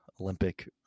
Olympic